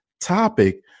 topic